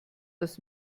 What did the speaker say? das